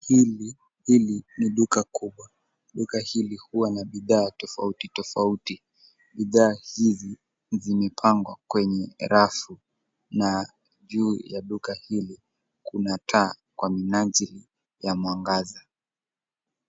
Hili, hili ni duka kubwa. Duka hili huwa na bidhaa tofauti tofauti. Bidhaa hizi zimepangwa kwenye rafu. Na juu ya duka hili kuna taa kwa minajili ya mwangaza.”